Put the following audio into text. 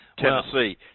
Tennessee